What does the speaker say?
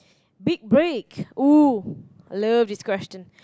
big break !woo! I love this question